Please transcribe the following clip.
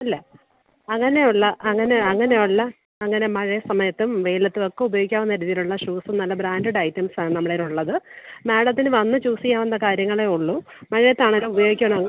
ഇല്ല അങ്ങനെ ഉള്ള അങ്ങനെ അങ്ങനെ ഉള്ള അങ്ങനെ മഴ സമയത്തും വെയിലത്തും ഒക്കെ ഉപയോഗിക്കാവുന്ന രീതിയിലുള്ള ഷൂസും നല്ല ബ്രാൻഡഡ് ഐറ്റംസ് ആണ് നമ്മളേലുള്ളത് മാഡത്തിന് വന്ന് ചൂസ് ചെയ്യാവുന്ന കാര്യങ്ങളേ ഉള്ളൂ മഴയത്താണെങ്കിലും ഉപയോഗിക്കണമെ